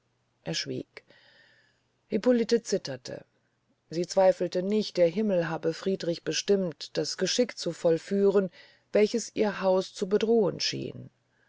er schwieg hippolite zitterte sie zweifelte nicht der himmel habe friedrichen bestimmt das geschick zu vollführen welches ihr haus zu bedrohen schien